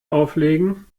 auflegen